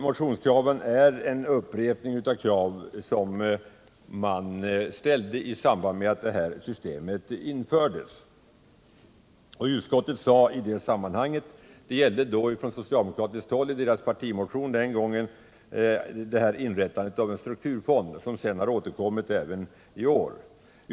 Motionskraven är en upprepning av krav som framställdes i samband med att det här systemet infördes. Socialdemokraternas partimotion gällde den gången inrättandet av en strukturfond — ett krav som återkommit i år.